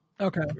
Okay